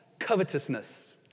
Covetousness